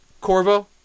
Corvo